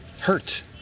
Hurt